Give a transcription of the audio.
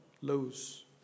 lose